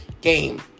game